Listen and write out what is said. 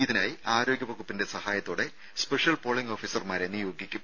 ഇതിനായി ആരോഗ്യവകുപ്പിന്റെ സഹായത്തോടെ സ്പെഷ്യൽ പോളിംഗ് ഓഫീസർമാരെ നിയോഗിക്കും